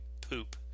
poop